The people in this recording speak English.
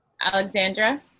Alexandra